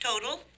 Total